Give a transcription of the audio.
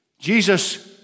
Jesus